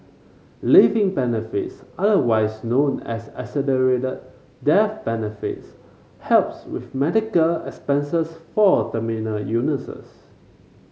living benefits otherwise known as accelerated death benefits helps with medical expenses for terminal illnesses